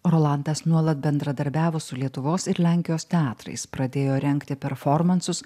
rolandas nuolat bendradarbiavo su lietuvos ir lenkijos teatrais pradėjo rengti performansus